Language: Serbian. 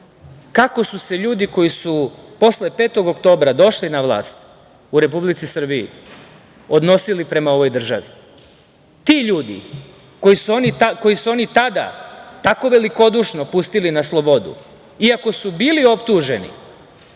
kako su se ljudi koji su posle 5. oktobra došli na vlast u Republici Srbiji se odnosili prema ovoj državi. Ti ljudi koje su oni tada tako velikodušno pustili na slobodu iako su bili optuženi